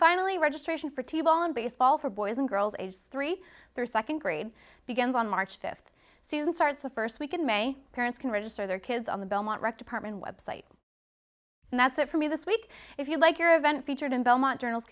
finally registration for t ball and baseball for boys and girls ages three their second grade begins on march fifth season starts the first week in may parents can register their kids on the belmont rec department website and that's it for me this week if you like your event featured in belmont journal